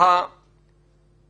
כל המקצוענות רק בשירות המדינה.